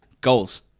Goals